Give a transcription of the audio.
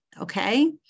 Okay